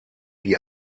die